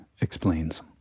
explains